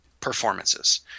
performances